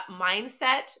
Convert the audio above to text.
mindset